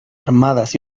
armadas